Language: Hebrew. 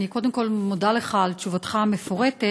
אני קודם כול מודה לך על תשובתך המפורטת,